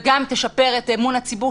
וגם תשפר את אמון הציבור,